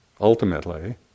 ultimately